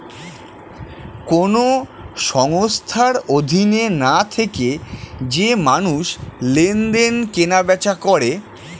কোন সংস্থার অধীনে না থেকে যে মানুষ লেনদেন, কেনা বেচা করে